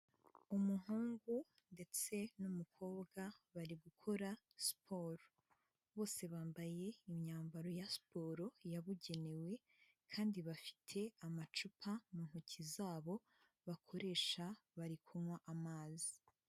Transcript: Umuhungu ndetse n'umukobwa bari gukora siporo bose bambaye imyambaro ya siporo yabugenewe kandi bafite amacupa mu ntoki zabo bakoresha bari kunywa amazi.